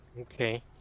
Okay